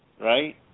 Right